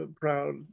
proud